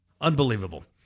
Unbelievable